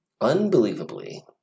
Unbelievably